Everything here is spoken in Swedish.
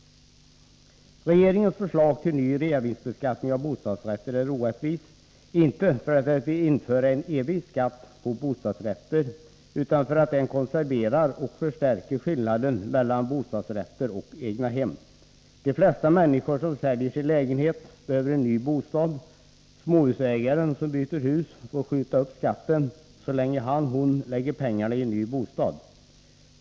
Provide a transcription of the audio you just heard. ”Regeringens förslag till ny reavinstbeskattning av bostadsrätter är orättvist. Inte för att det vill införa evig skatt på bostadsrätter, utan för att det konserverar och förstärker skillnaden mellan bostadsrätter och egnahem. De flesta människor som säljer sin lägenhet behöver en ny bostad. Småhusägaren, som byter hus, får skjuta upp skatten så länge han/hon lägger pengarna i en ny bostad.